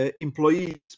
employees